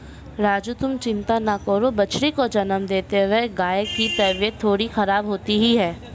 राजू तुम चिंता ना करो बछड़े को जन्म देते वक्त गाय की तबीयत थोड़ी खराब होती ही है